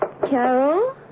Carol